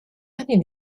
many